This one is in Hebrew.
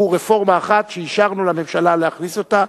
רפורמה אחת שאישרנו לממשלה להכניס אותה,